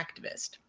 activist